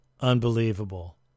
Unbelievable